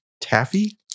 taffy